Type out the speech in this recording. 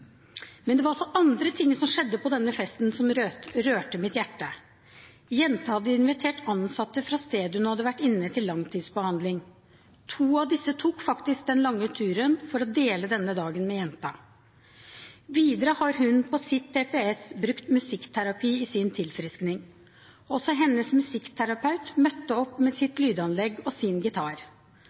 Men det var også andre ting som skjedde på denne festen, som rørte mitt hjerte. Jenta hadde invitert ansatte fra stedet hvor hun hadde vært inne til langtidsbehandling. To av disse tok faktisk den lange turen for å dele denne dagen med jenta. Videre har hun på sitt DPS brukt musikkterapi i sin tilfriskning. Også hennes musikkterapeut møtte opp, med sitt lydanlegg og sin gitar.